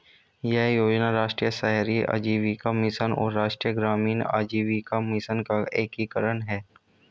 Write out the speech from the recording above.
यह योजना राष्ट्रीय शहरी आजीविका मिशन और राष्ट्रीय ग्रामीण आजीविका मिशन का एकीकरण है